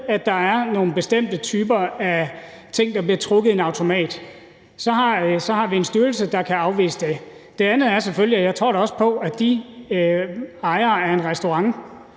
at der er nogle bestemte typer af ting, der bliver trukket i en automat, så har vi en styrelse, der kan afvise det. Det andet er selvfølgelig, at jeg da også tror på, at de ejere af en restaurant,